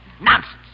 Nonsense